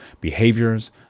behaviors